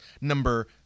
number